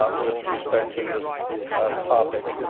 ah with respect to this topic.